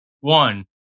one